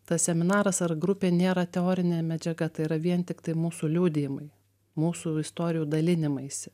tas seminaras ar grupė nėra teorinė medžiaga tai yra vien tiktai mūsų liudijimai mūsų istorijų dalinimaisi